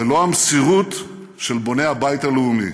ללא המסירות של בוני הבית הלאומי,